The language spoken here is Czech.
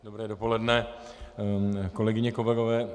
Dobré dopoledne, kolegyně, kolegové.